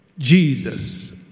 Jesus